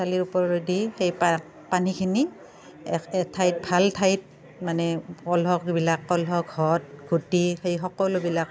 চালিৰ ওপৰলৈ দি সেই পা পানীখিনি এক এঠাইত ভাল ঠাইত মানে কলহ এইবিলাক কলহ ঘট ঘটি সেই সকলোবিলাক